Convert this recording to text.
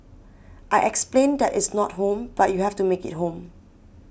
I explained that it's not home but you have to make it home